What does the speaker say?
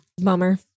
Bummer